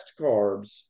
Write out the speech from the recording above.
carbs